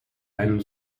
eine